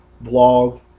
blog